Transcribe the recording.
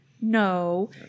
No